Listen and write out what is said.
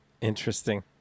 Interesting